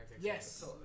Yes